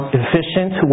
efficient